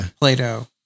Plato